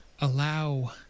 allow